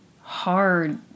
hard